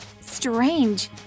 Strange